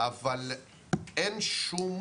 אבל אין שום